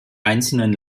einzelnen